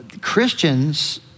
Christians